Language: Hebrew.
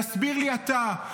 תסביר לי אתה,